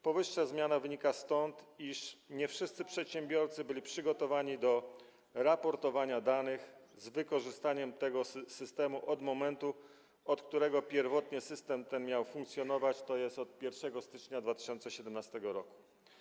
Powyższa zmiana wynika stąd, iż nie wszyscy przedsiębiorcy byli przygotowani do raportowania danych z wykorzystaniem tego systemu w momencie, od którego pierwotnie system ten miał funkcjonować, tj. 1 stycznia 2017 r.